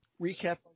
recap